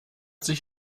sich